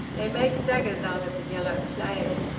they make saggers out of the yellow clay.